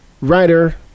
Writer